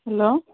hello